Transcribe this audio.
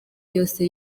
yose